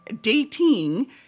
dating